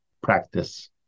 practice